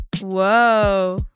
Whoa